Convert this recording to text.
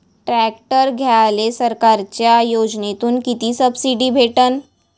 Tractor घ्यायले सरकारच्या योजनेतून किती सबसिडी भेटन?